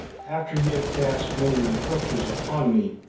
after he had cast many reproaches upon me,